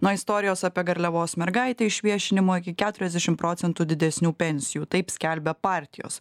nuo istorijos apie garliavos mergaitę išviešinimo iki keturiasdešim procentų didesnių pensijų taip skelbia partijos